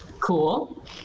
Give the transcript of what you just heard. Cool